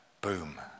Boom